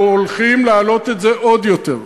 אנחנו הולכים להעלות את זה עוד יותר.